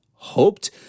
hoped